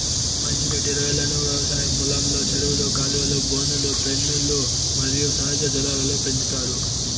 మంచి నీటి రొయ్యలను వ్యవసాయ పొలంలో, చెరువులు, కాలువలు, బోనులు, పెన్నులు మరియు సహజ జలాల్లో పెంచుతారు